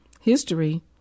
history